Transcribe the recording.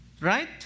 Right